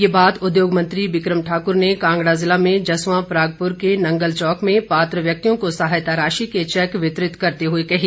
ये बात उद्योग मंत्री बिक्रम ठाकुर ने कांगड़ा जिला में जसवां परागपुर के नंगल चौक में पात्र व्यक्तियों को सहायता राशि के चैक वितरित करते हुए कही